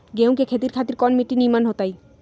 गेंहू की खेती खातिर कौन मिट्टी निमन हो ताई?